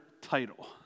title